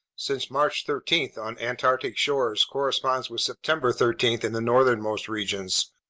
since march thirteen on antarctic shores corresponds with september thirteen in the northernmost regions,